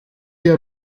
der